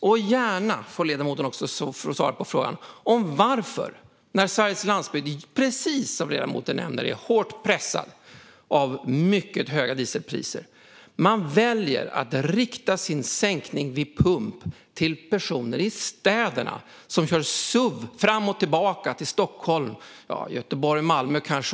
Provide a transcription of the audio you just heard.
Ledamoten får också gärna svara på varför man - när Sveriges landsbygd, precis som ledamoten säger, är hårt pressad av mycket höga dieselpriser - väljer att rikta sin sänkning vid pump till personer som bor i städerna och som kör suv fram och tillbaka till Stockholm - ja, kanske Göteborg och Malmö också.